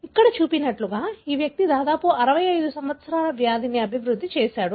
ఇక్కడ చూపినట్లుగా ఈ వ్యక్తి దాదాపు 65 సంవత్సరాల వ్యాధిని అభివృద్ధి చేశాడు